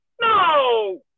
no